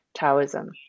Taoism